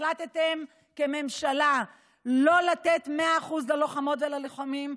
החלטתם כממשלה לא לתת 100% ללוחמות וללוחמים,